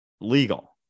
legal